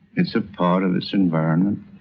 it's a part of its environment